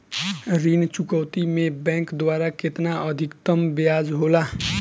ऋण चुकौती में बैंक द्वारा केतना अधीक्तम ब्याज होला?